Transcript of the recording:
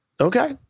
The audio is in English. Okay